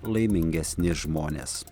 laimingesni žmonės